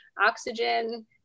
oxygen